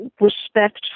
respect